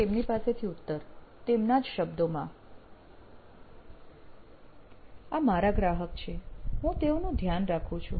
તો તેમની પાસેથી ઉત્તર તેમના જ શબ્દોમાં આ મારા ગ્રાહક છે હું તેઓનું ધ્યાન રાખું છું